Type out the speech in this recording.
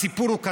הסיפור הוא כזה,